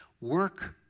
work